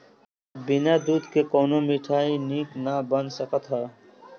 बिना दूध के कवनो मिठाई निक ना बन सकत हअ